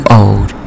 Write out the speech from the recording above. old